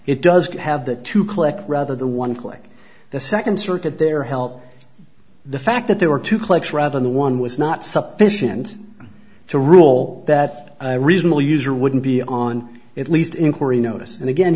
it does have that to collect rather the one click the second circuit their help the fact that there were two clicks rather than one was not sufficient to rule that a reasonable user wouldn't be on at least inquiry notice and again